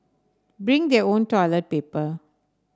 bring their own toilet paper